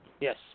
Yes